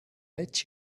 let